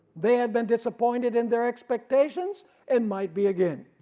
they had been disappointed in their expectations and might be again.